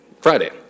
Friday